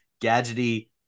gadgety